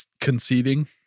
conceding